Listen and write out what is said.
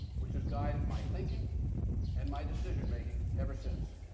which has guided my thinking and my decision making ever since.